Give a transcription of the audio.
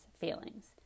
feelings